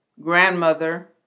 grandmother